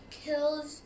kills